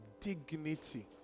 dignity